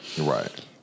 Right